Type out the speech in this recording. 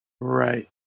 right